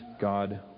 God